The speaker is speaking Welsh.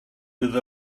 bydd